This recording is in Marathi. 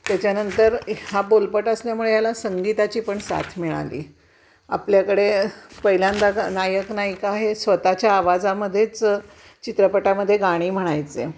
त्याच्यानंतर हा बोलपट असल्यामुळे याला संगीताची पण साथ मिळाली आपल्याकडे पहिल्यांदा आता नायक नायिका हे स्वतःच्या आवाजामध्येच चित्रपटामध्ये गाणी म्हणायचे